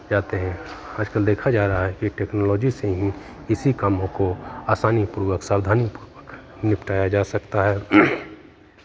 जाते हैं आजकल देखा जा रहा है कि टेक्नोलॉजी से ही इसी कामों को आसानी पूर्वक सावधानी पूर्वक निपटाया जा सकता है